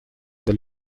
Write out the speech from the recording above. del